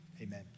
amen